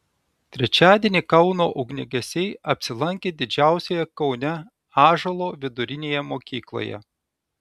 trečiadienį kauno ugniagesiai apsilankė didžiausioje kaune ąžuolo vidurinėje mokykloje